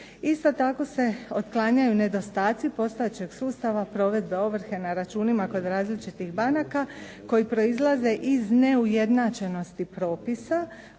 Isto tako se otklanjaju nedostaci postojećeg sustava provedbe ovrhe na računima kod različitih banaka koji proizlaze iz neujednačenosti propisa